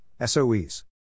SOEs